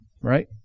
Right